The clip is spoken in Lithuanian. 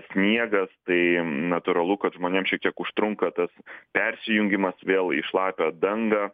sniegas tai natūralu kad žmonėm šiek tiek užtrunka tas persijungimas vėl į šlapią dangą